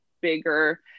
bigger